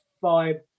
five